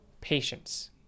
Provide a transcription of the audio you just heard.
patience